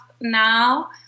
now